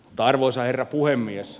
arvoisa herra puhemies